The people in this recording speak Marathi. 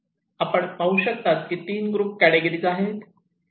आपण पाहू शकता एकूण 3 ग्रुप कॅटेगिरी आहेत